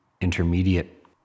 intermediate